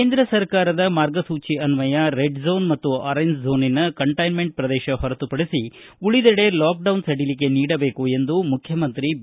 ಕೇಂದ್ರ ಸರ್ಕಾರದ ಮಾರ್ಗಸೂಚಿಯನ್ವಯ ರೆಡ್ ಜೋನ್ ಮತ್ತು ಆರೆಂಜ್ ಝೋನಿನ ಕಂಟ್ಟೆನ್ಮೆಂಟ್ ಪ್ರದೇಶ ಹೊರತುಪಡಿಸಿ ಉಳಿದೆಡೆ ಲಾಕ್ ಡೌನ್ ಸಡಿಲಿಕೆ ನೀಡಬೇಕು ಎಂದು ಮುಖ್ಚಮಂತ್ರಿ ಬಿ